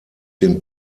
den